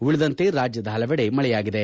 ಉಳಿದಂತೆ ರಾಜ್ಯದ ಹಲವೆಡೆ ಮಳೆಯಾಗಿದೆ